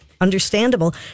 understandable